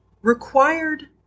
required